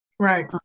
Right